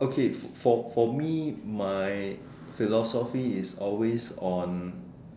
okay for for me my philosophy is always on